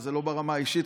וזה לא ברמה האישית,